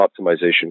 optimization